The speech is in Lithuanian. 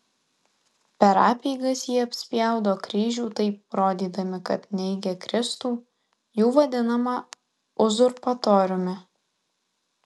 per apeigas jie apspjaudo kryžių taip rodydami kad neigia kristų jų vadinamą uzurpatoriumi